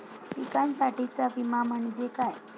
पिकांसाठीचा विमा म्हणजे काय?